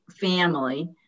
family